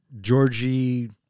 Georgie